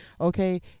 okay